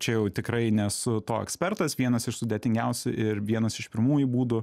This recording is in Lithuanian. čia jau tikrai nesu to ekspertas vienas iš sudėtingiausių ir vienas iš pirmųjų būdų